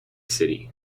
city